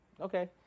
okay